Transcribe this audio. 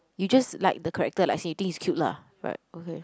you just like the character like as in you think it's cute lah right okay